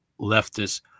leftist